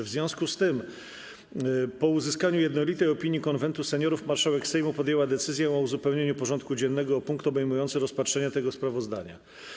W związku z tym, po uzyskaniu jednolitej opinii Konwentu Seniorów, marszałek Sejmu podjęła decyzję o uzupełnieniu porządku dziennego o punkt obejmujący rozpatrzenie tego sprawozdania.